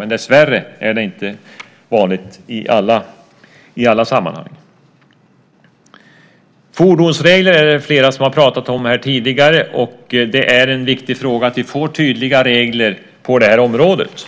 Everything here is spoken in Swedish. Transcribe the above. Men dessvärre är det inte vanligt i alla sammanhang. Fordonsregler är det flera som har talat om här tidigare. Det är en viktig fråga att vi får tydliga regler på det här området.